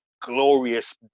glorious